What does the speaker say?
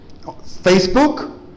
Facebook